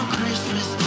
Christmas